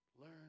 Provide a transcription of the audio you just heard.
learn